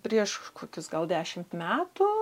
prieš kokius gal dešimt metų